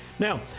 now,